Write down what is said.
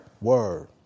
Word